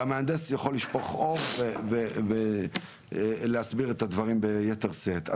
והמהנדס יכול לשפור אור ולהסביר את הדברים ביתר שאת.